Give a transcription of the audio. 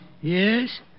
Yes